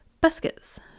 biscuits